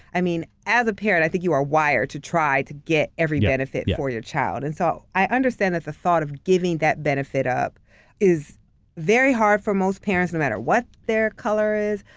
i mean, as a parent, i think you are wired to try to get every benefit for your child. and so, i understand that the thought of giving that benefit up is very hard for most parents, no matter what their color is,